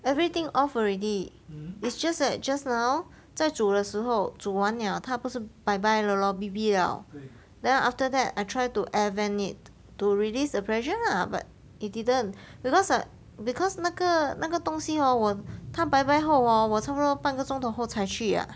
everything off already it's just that just now 在煮的时候煮完 liao 他不是 bye bye 了 lor B_B liao then after that I try to air vent it to release the pressure lah but it didn't because because 那个那个东西 hor 我他 bye bye 后 hor 我差不多半个钟头后才去